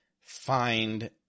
find